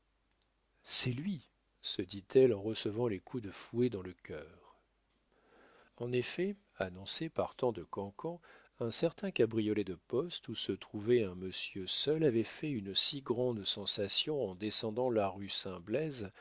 c'est lui se dit-elle en recevant les coups de fouet dans le cœur en effet annoncé par tant de cancans un certain cabriolet de poste où se trouvait un monsieur seul avait fait une si grande sensation en descendant la rue